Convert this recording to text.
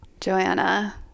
Joanna